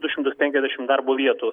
du šimtus penkiasdešimt darbo vietų